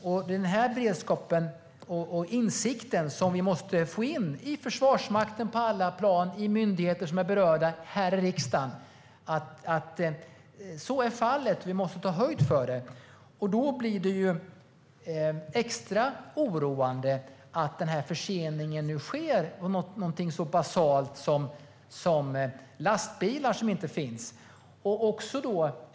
Det är den beredskap och insikt som vi måste få in på alla plan i Försvarsmakten, i alla myndigheter som är berörda och här i riksdagen. Så är fallet och vi måste ta höjd för det. Då blir det extra oroande med den här förseningen av någonting så basalt som lastbilar.